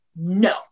No